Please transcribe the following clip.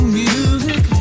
music